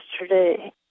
yesterday